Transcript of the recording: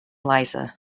liza